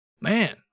Man